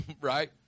Right